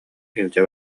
илдьэ